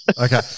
Okay